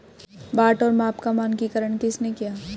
बाट और माप का मानकीकरण किसने किया?